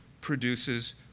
produces